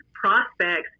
Prospects